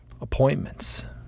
appointments